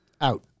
out